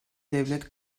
devlet